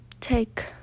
take